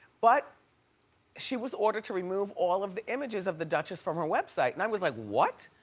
but she was ordered to remove all of the images of the duchess from her website, and i was like what?